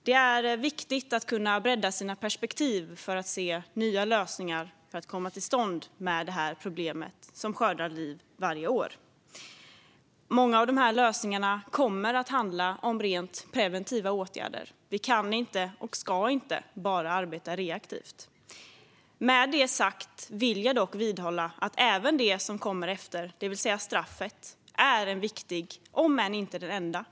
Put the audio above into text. Det är viktigt att kunna bredda sina perspektiv för att se nya lösningar och för att komma till rätta med det här problemet, som skördar liv varje år. Många av dessa lösningar kommer att handla om rent preventiva åtgärder. Vi kan inte och ska inte bara arbeta reaktivt. Med det sagt vill jag dock vidhålla att även det som kommer efter, det vill säga straffet, är en viktig komponent, om än inte den enda.